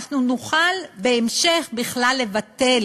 אנחנו נוכל בהמשך בכלל לבטל